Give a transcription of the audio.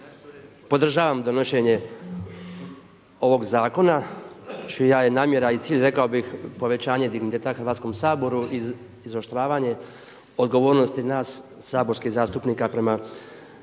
podržavam donošenje ovog zakona čija je namjera i cilj rekao bih povećanje digniteta Hrvatskom saboru, izoštravanje odgovornosti nas saborskih zastupnika prema biračima